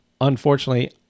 unfortunately